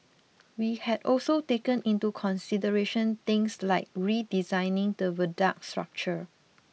we had also taken into consideration things like redesigning the viaduct structure